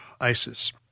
ISIS